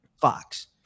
Fox